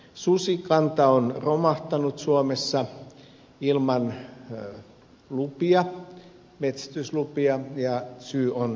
susikanta on romahtanut suomessa ilman metsästyslupia ja syy on salametsästys